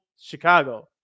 Chicago